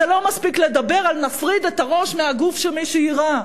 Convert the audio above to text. זה לא מספיק לומר: נפריד את הראש מהגוף של מי שיירה.